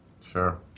Sure